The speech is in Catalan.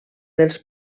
dels